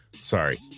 Sorry